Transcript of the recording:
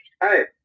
Hey